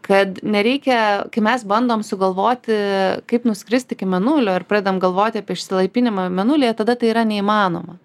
kad nereikia kai mes bandom sugalvoti kaip nuskrist iki mėnulio ir pradedam galvoti apie išsilaipinimą mėnulyje tada tai yra neįmanoma